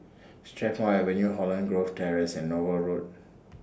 Strathmore Avenue Holland Grove Terrace and Nouvel Road